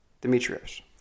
Demetrius